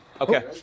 Okay